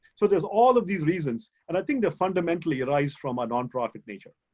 so there's all of these reasons. and i think they fundamentally arise from a nonprofit nature.